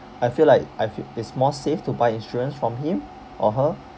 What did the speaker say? I feel like I f~ it's more safe to buy insurance from him or her